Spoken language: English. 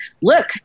look